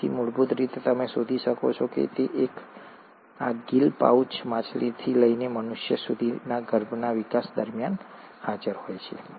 તેથી મૂળભૂત રીતે તમે જે શોધો છો તે એ છે કે આ ગિલ પાઉચ માછલીથી લઈને મનુષ્ય સુધી ગર્ભના વિકાસ દરમિયાન હાજર હોય છે